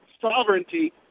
sovereignty